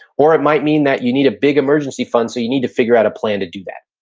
or it might mean that you need a big emergency fund, so you need to figure out a plan to do that.